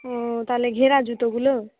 ও তাহলে ঘেরা জুতোগুলো